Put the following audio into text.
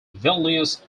vilnius